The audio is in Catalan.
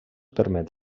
permet